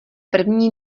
první